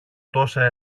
τόσα